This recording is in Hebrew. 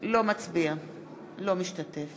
אינו משתתף